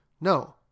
No